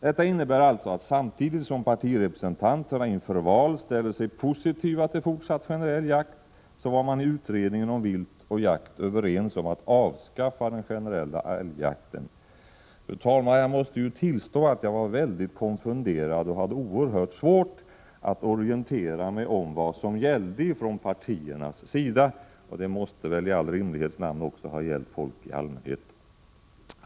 Detta innebär alltså att man, samtidigt som partirepresentanterna inför val ställer sig positiva till fortsatt generell jakt, i utredningen om vilt och jakt var överens om att avskaffa den generella älgjakten. Fru talman! Jag måste tillstå att jag var mycket konfunderad över och hade oerhört svårt att orientera mig om vad som gällde från partiernas sida, och detta måste väl i all rimlighets namn också ha gällt folk i allmänhet.